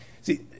See